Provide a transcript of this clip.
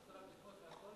חבר הכנסת מולה.